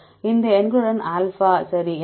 இந்த எண்களுடன் ஆல்பா சரி